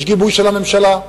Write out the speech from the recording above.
יש גיבוי של הממשלה,